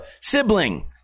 sibling